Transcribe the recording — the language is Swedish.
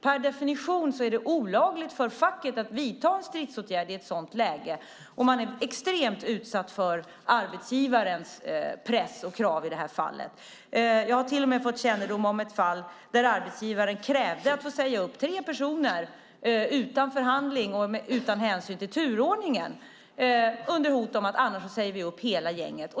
Per definition är det olagligt för facket att vidta stridsåtgärder i ett sådant läge. Man är extremt utsatt för arbetsgivarens press och krav i det här fallet. Jag har till och med fått kännedom om ett fall där arbetsgivaren krävde att få säga upp tre personer utan förhandling och utan hänsyn till turordningen under hot om att annars säga upp hela gänget.